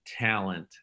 talent